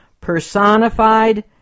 personified